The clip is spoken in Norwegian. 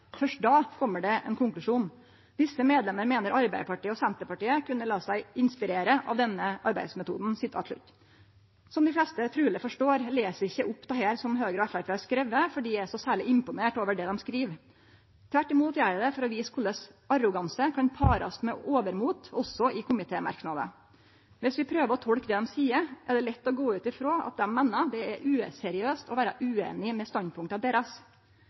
da kommer det en konklusjon. Disse medlemmer mener Arbeiderpartiet og Senterpartiet kunne latt seg inspirere av denne arbeidsmetoden.» Som dei fleste truleg forstår, les eg ikkje opp dette som Høgre og Framstegspartiet har skrive, fordi eg er særleg imponert over det dei skriv. Tvert imot gjer eg det for å vise korleis arroganse kan parast med overmot også i komitémerknader. Viss vi prøver å tolke det dei seier, er det lett å gå ut frå at dei meiner det er useriøst å vere ueinig i standpunkta deira.